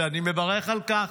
ואני מברך על כך.